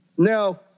Now